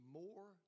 more